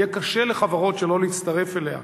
ויהיה קשה לחברות שלא להצטרף אליה,